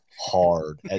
hard